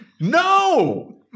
No